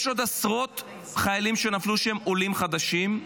יש עוד עשרות חיילים שנפלו, שהם עולים חדשים,